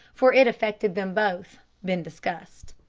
for it affected them both, been discussed.